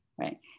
right